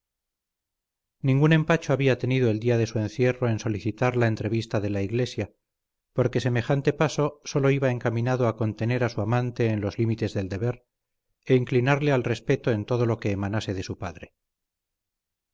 ningún empacho había tenido el día de su encierro en solicitar la entrevista de la iglesia porque semejante paso sólo iba encaminado a contener a su amante en los límites del deber e inclinarle al respeto en todo lo que emanase de su padre